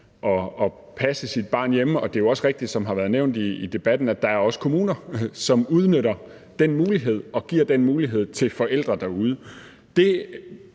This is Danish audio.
at passe sit barn hjemme, og det er jo også rigtigt, som det har været nævnt i debatten, at der også er kommuner, som udnytter den mulighed og giver den mulighed til forældre derude.